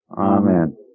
Amen